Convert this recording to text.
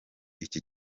iki